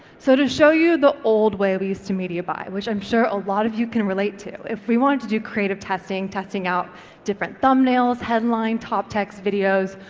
so to show you the old way we used to media buy, which i'm sure a lot of you can relate to, if we wanted to do creative testing, testing out different thumbnails, headline, top text videos,